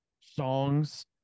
songs